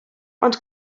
ond